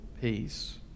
peace